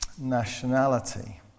nationality